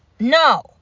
No